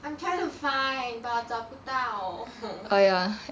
I'm trying to find but 我找不到